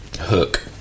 hook